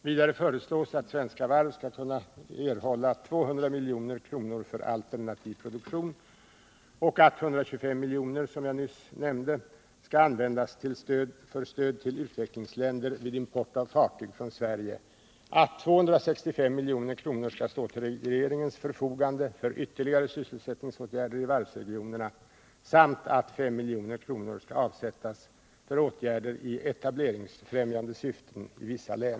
Vidare föreslås att Svenska Varv skall kunna erhålla 200 milj.kr. för alternativ produktion, att 125 milj.kr. som jag nyss nämnt skall användas för stöd till utvecklingsländer vid import av fartyg från Sveirge, att 265 milj.kr. skall stå till regeringens förfogande för ytterligare sysselsättningsåtgärder i varvsregionerna samt att 5 milj.kr. skall avsättas för åtgärder i etableringsfrämjande syfte i vissa län.